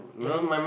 ya you